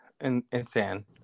insane